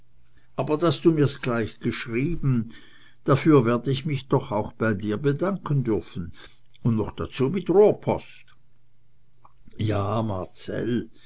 aber daß du mir's gleich geschrieben dafür werd ich mich doch auch bei dir bedanken dürfen und noch dazu mit rohrpost ja marcell